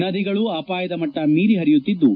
ನದಿಗಳು ಅಪಾಯದ ಮಟ್ಟ ಮೀರಿ ಪರಿಯುತ್ತಿದ್ದು